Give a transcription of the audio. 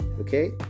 Okay